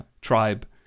tribe